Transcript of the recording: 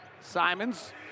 Simons